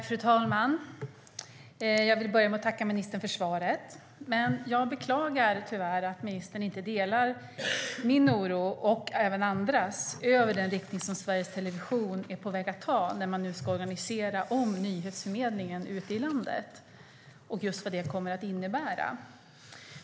Fru talman! Jag börjar med att tacka ministern för svaret. Men jag beklagar att ministern tyvärr inte delar min oro och även andras för den riktning som Sveriges Television är på väg att ta när man nu ska organisera om nyhetsförmedlingen ute i landet och vad det kommer att innebära.